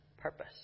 purpose